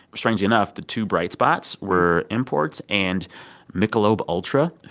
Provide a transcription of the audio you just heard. strangely enough, the two bright spots were imports and michelob ultra